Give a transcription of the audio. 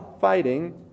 fighting